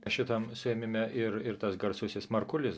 šitam užsiėmime ir ir tas garsusis markulis